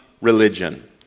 Religion